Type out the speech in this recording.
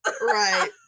right